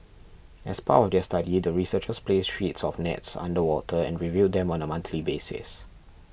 as part of their study the researchers placed sheets of nets underwater and reviewed them on a monthly basises